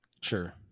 Sure